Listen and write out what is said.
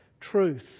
truth